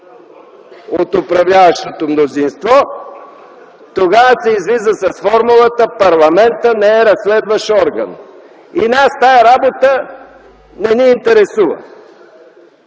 от управляващото мнозинство, тогава се излиза с формулата: „Парламентът не е разследващ орган и нас тази работа не ни интересува”.